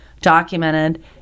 documented